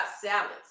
salads